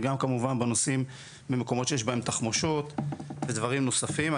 וגם כמובן בנושאים במקומות שיש בהם תחמושות ודברים נוספים.